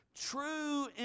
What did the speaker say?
True